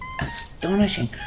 astonishing